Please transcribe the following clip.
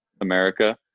America